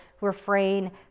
refrain